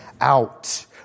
out